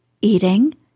eating